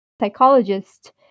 psychologist